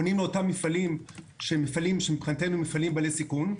פונים לאותם מפעלים שהם מפעלים שמבחינתנו הם מפעלים בעלי סיכון.